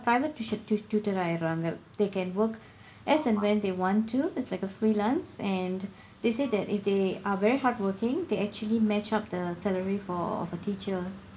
private tuition tu~ tutor ஆகிறாங்க:aakiraangka they can work as and when they want to it's like a freelance and they say that if they are very hardworking they actually match up the salary for of a teacher